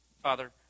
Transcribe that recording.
Father